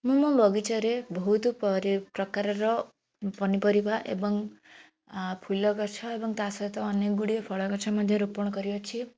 ମୁଁ ମୋ ବଗିଚାରେ ବହୁତ୍ ପରି ପ୍ରକାରର ପନିପରିବା ଏବଂ ଫୁଲଗଛ ଏବଂ ତା' ସହିତ ଅନେକ ଗୁଡ଼ିଏ ଫଳଗଛ ମଧ୍ୟ ରୋପଣ କରିଅଛି